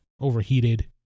overheated